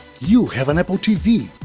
you have an apple tv!